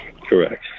Correct